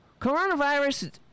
Coronavirus